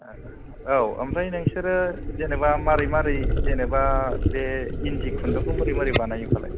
औ ओमफ्राय नोंसोरो जेनोबा माबोरै माबोरै जेनोबा बे इन्दि खुन्दुंखौ माबोरै माबोरै बानायो फालाय